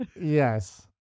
Yes